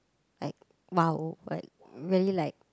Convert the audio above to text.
like !wow! what really like